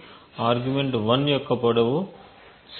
కాబట్టి ఆర్గ్యుమెంట్ 1 యొక్క పొడవు